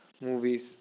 movies